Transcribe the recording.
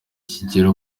kigera